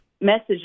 Message